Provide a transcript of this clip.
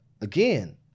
again